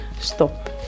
stop